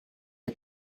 est